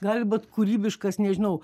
gali bat kūrybiškas nežinau